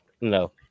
No